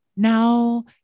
Now